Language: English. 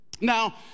Now